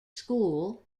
school